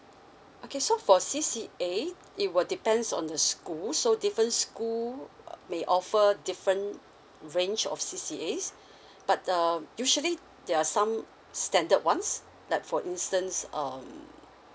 okay so for C_C_A it will depends on the school so different school uh may offer different range of C_C_A_S but um usually there are some standard ones like for instance um